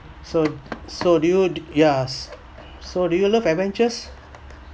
so so do you yeah so do you love adventures